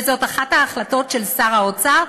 וזאת אחת ההחלטות של שר האוצר,